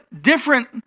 different